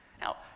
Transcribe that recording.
Now